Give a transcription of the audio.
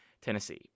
Tennessee